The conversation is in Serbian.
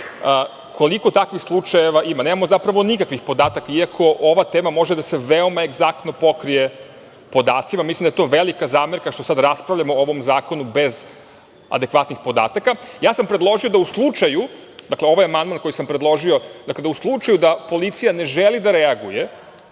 koliko takvih slučajeva ima. Nemamo zapravo nikakvih podataka, iako ova tema može da se veoma egzaktno pokrije podacima, mislim a je to velika zamerka što sada raspravljamo o ovom zakon bez adekvatnih podataka. Ja sam predložio da u slučaju, dakle, ovaj amandman koji sam predložio, da u slučaju da policija ne želi da reaguje,